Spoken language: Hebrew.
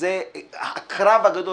זה הקרב הגדול.